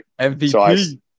MVP